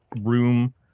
room